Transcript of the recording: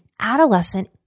adolescent